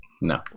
No